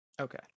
okay